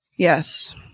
Yes